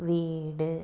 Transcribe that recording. വീട്